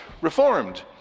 reformed